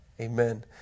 Amen